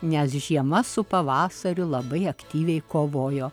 nes žiema su pavasariu labai aktyviai kovojo